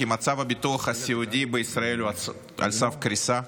כי הביטוח הסיעודי בישראל הוא על סף קריסה?